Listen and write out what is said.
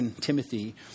Timothy